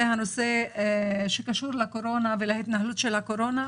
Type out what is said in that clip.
זה הנושא שקשור לקורונה ולהתנהלות של הקורונה.